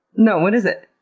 no, what is it?